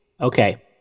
okay